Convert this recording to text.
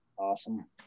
Awesome